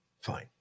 Fine